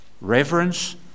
reverence